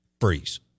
Freeze